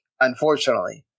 Unfortunately